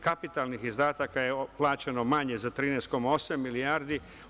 Kapitalnih izdataka je plaćeno manje za 13,8 milijardi.